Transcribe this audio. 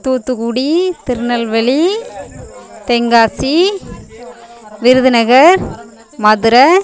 Thoothukudi Tirunelveli Tenkasi Virudhunagar Madurai